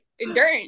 endurance